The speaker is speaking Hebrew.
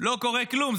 לא קורה כלום.